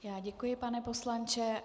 Já děkuji, pane poslanče.